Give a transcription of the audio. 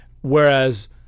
Whereas